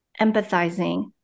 empathizing